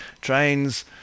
trains